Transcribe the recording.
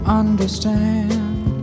understand